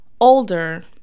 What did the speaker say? older